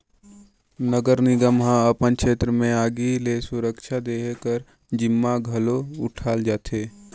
नगर निगम ह अपन छेत्र में आगी ले सुरक्छा देहे कर जिम्मा घलो उठाल जाथे